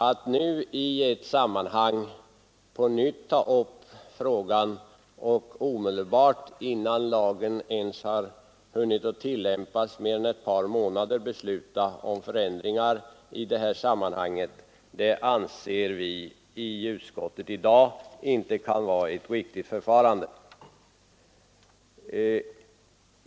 Att nu i ett sammanhang på nytt ta upp frågan och omedelbart, innan lagen har hunnit tillämpas i mer än ett par månader, besluta om förändringar anser vi i utskottet inte vara ett riktigt förfarande.